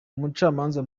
umucamanza